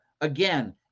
Again